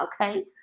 okay